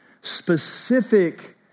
specific